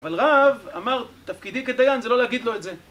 אבל רב אמר, תפקידי כדיין זה לא להגיד לו את זה